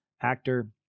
actor